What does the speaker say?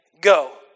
go